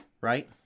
Right